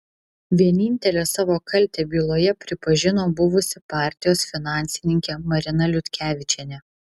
vienintelė savo kaltę byloje pripažino buvusi partijos finansininkė marina liutkevičienė